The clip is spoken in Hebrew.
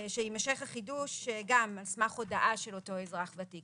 שיימשך החידוש גם על סמך הודעה של אותו אזרח ותיק.